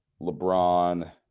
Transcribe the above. LeBron